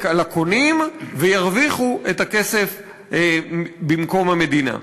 על הקונים וירוויחו את הכסף במקום המדינה.